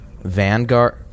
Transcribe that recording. Vanguard